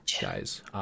guys